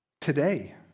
today